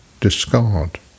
discard